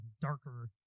darker